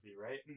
right